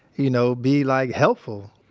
you know, be like, helpful.